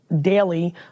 daily